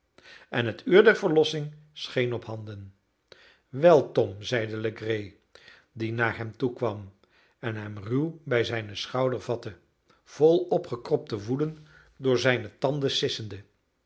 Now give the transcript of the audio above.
gezicht en het uur der verlossing scheen op handen wel tom zeide legree die naar hem toekwam en hem ruw bij zijnen schouder vatte vol opgekropte woede door zijne tanden sissende